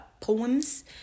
poems